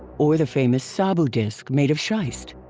or the famous sabu disc made of schist?